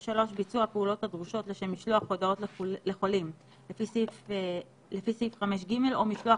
3) ביצוע הפעולות הדרושות לשם משלוח הודעות לחולים לפי סעיף 5(ג) או משלוח